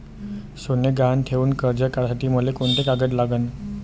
सोनं गहान ठेऊन कर्ज काढासाठी मले कोंते कागद लागन?